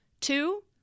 Two